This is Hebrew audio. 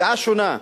דעה שונה,